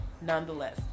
nonetheless